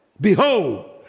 Behold